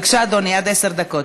בבקשה, אדוני, עד עשר דקות.